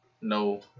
No